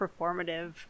performative